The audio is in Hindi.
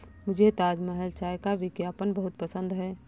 मुझे ताजमहल चाय का विज्ञापन बहुत पसंद है